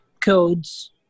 codes